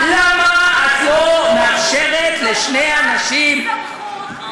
למה את לא מאפשרת לשני אנשים,